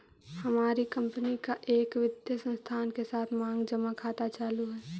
हमार कंपनी का एक वित्तीय संस्थान के साथ मांग जमा खाता चालू हई